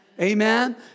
Amen